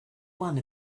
one